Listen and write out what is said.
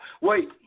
Wait